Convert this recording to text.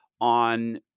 on